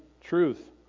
truth